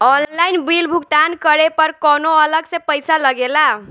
Online bill भुगतान करे पर कौनो अलग से पईसा लगेला?